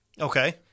Okay